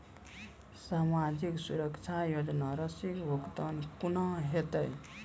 समाजिक सुरक्षा योजना राशिक भुगतान कूना हेतै?